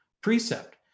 precept